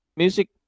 music